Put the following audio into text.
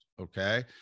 Okay